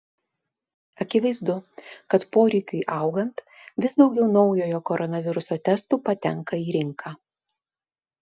akivaizdu kad poreikiui augant vis daugiau naujojo koronaviruso testų patenka į rinką